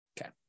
Okay